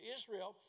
Israel